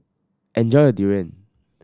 enjoy your durian